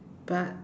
but